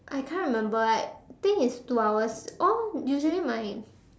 I can't remember I think it's two hours or usually my